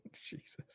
Jesus